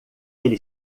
ele